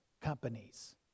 companies